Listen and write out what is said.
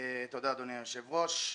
תודה אדוני היושב ראש.